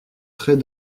très